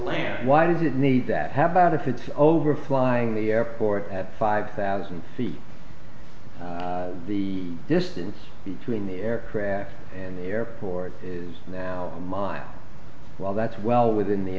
land why does it need that have about if it's over flying the airport at five thousand c the distance between the aircraft and the airport is now a mile well that's well within the